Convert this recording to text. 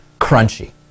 crunchy